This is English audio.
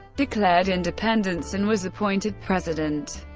declared independence and was appointed president.